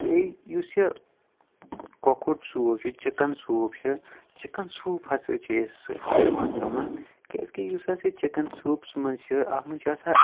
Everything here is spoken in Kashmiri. بیٚیہِ یُس یہِ کۄکُر سوٗپ چھِ چِکَن سوٗپ چھِ چِکَن سوٗپ ہَسا چھِ أسۍ سُہ دِوان تمَن کیٛازِکہِ یُس ہَسا چِکَن سوٗپَس منٛز چھِ اَتھ منٛز چھِ آسان